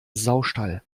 saustall